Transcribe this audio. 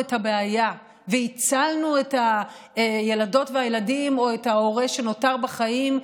את הבעיה והצלנו את הילדות והילדים או את ההורה שנותר בחיים,